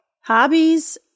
Hobbies